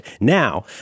now